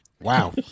Wow